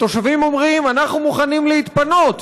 התושבים אומרים: אנחנו מוכנים להתפנות.